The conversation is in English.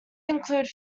include